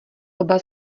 oba